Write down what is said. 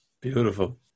beautiful